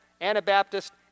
Anabaptist